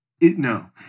No